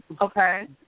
Okay